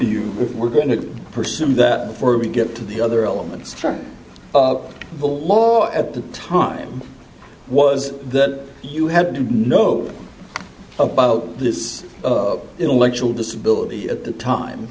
move we're going to pursue that before we get to the other elements of the law at the time was that you had to know about this intellectual disability at the time